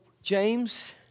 James